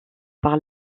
par